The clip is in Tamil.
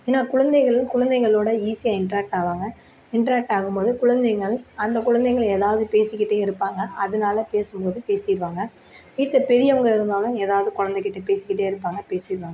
ஏன்னா குழந்தைகளும் குழந்தைகளோட ஈஸியாக இன்ட்ராக் ஆவாங்க இன்ட்ராக்ட் ஆகும்போது குழந்தைகள் அந்த குழந்தைகள் எதாவது பேசிக்கிட்டே இருப்பாங்க அதனால் பேசும்போது பேசிருவாங்க வீட்டில பெரியவுங்க இருந்தாலும் எதாவது குழந்தை கிட்ட பேசி கிட்டே இருப்பாங்க பேசிருவாங்க